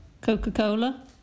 Coca-Cola